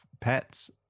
pets